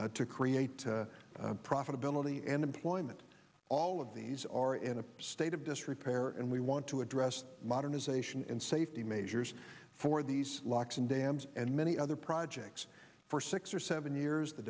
to create profitability and employment all of these are in a state of disrepair and we want to address the modernization and safety measures for these locks and dams and many other projects for six or seven years the